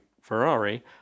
Ferrari